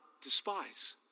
despise